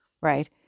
right